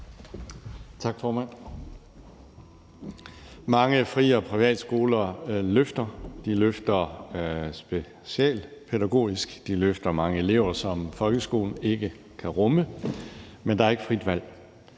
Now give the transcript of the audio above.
Tak, formand. Mange fri- og privatskoler løfter, de løfter specialpædagogisk, og de løfter mange elever, som folkeskolen ikke kan rumme, men der er ikke frit valg.